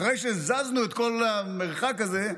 אחרי שזזנו את כל המרחק הזה,